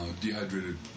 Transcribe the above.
dehydrated